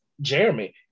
Jeremy